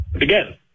again